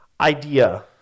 Idea